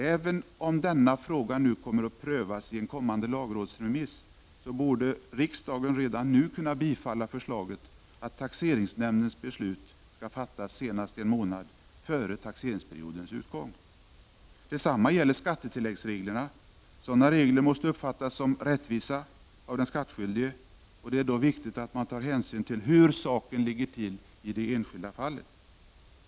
Även om denna fråga kommer att prövas vid en kommande lagrådsremiss, borde riksdagen redan nu kunna bifalla förslaget om att taxeringsnämndens beslut skall fattas senast en månad före taxeringsperiodens utgång. Detsamma gäller skattetilläggsreglerna. Sådana regler måste uppfattas som rättvisa av den skattskyldige, och det är viktigt att man tar hänsyn till hur saken ligger till i det enskilda fallet.